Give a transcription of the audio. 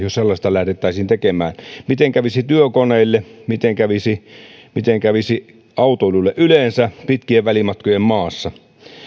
jos sellaista lähdettäisiin tekemään miten kävisi työkoneille miten kävisi miten kävisi autoilulle yleensä pitkien välimatkojen maassa